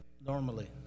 normally